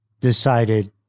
decided